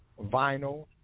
vinyl